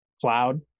Cloud